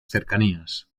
cercanías